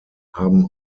haben